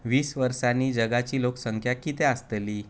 वीस वर्सांनी जगाची लोकसंख्या कितें आसतली